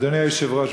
אדוני היושב-ראש,